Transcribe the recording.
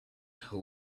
who